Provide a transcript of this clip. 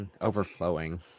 overflowing